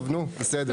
טוב, נו, בסדר.